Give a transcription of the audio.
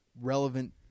relevant